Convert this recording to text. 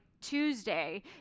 Tuesday